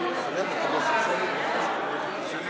אם ביטלנו את ההצבעה, נתחיל